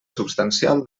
substancial